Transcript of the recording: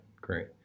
Great